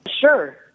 Sure